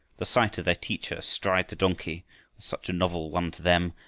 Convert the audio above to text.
the sight of their teacher astride the donkey was such a novel one to them,